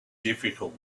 difficult